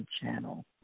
channel